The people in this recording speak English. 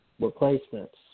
replacements